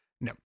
No